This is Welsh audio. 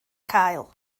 cael